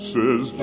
Says